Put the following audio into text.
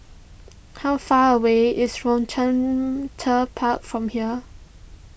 how far away is Rochester Park from here